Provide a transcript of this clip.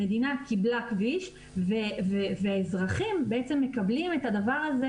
המדינה קיבלה כביש והאזרחים בעצם מקבלים את הדבר הזה